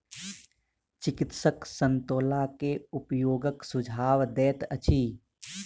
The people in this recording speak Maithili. चिकित्सक संतोला के उपयोगक सुझाव दैत अछि